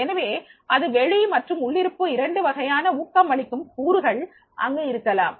எனவே அது வெளி மற்றும் உள்ளிருப்பு இரண்டு வகையான ஊக்கமளிக்கும் கூறுகள் அங்கு இருக்கலாம்